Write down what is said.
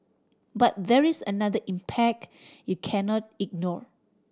but there is another impact you cannot ignore